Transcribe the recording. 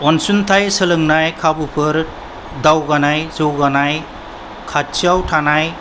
अनसुंथाय सोलोंनाय खाबुफोर दावगानाय जौगानाय खाथियाव थानाय